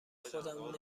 خودم